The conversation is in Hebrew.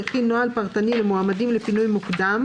יכין נוהל פרטני למועמדים לפינוי מוקדם